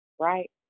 right